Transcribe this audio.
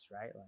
right